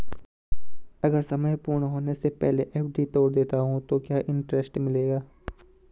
अगर समय पूर्ण होने से पहले एफ.डी तोड़ देता हूँ तो क्या इंट्रेस्ट मिलेगा?